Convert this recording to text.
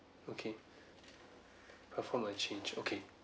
okay perform a change okay